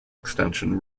extension